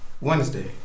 Wednesday